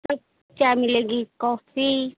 सब चाय मिलेगी कॉफ़ी